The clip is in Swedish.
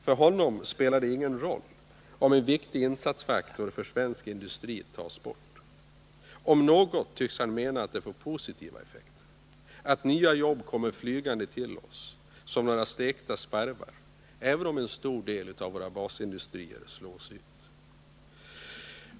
För honom spelar det ingen roll om en viktig insatsfaktor för svensk industri tas bort. Om något tycks han mena att det får positiva effekter, att nya jobb kommer flygande till oss som stekta sparvar, även om en stor del av våra basindustrier slås ut.